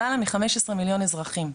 למעלה מ- 15 מיליון אזרחים.